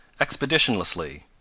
expeditionlessly